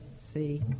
see